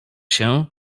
się